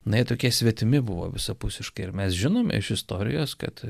na jie tokie svetimi buvo visapusiškai ir mes žinome iš istorijos kad